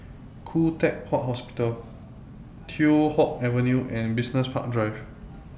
Khoo Teck Puat Hospital Teow Hock Avenue and Business Park Drive